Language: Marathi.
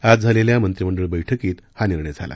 आज झालेल्या मंत्रिमंडळ बैठकीत हा निर्णय झाला